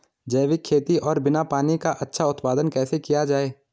जैविक खेती और बिना पानी का अच्छा उत्पादन कैसे किया जाए?